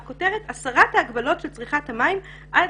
והכותרת של המייל היא הסרת ההגבלות של צריכת המים עד